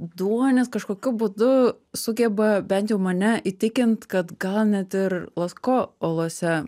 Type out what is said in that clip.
duonis kažkokiu būdu sugeba bent jau mane įtikint kad gal net ir lasko olose